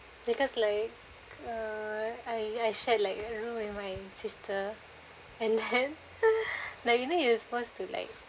because like err I I shared a room with my sister and then like you know you are supposed to like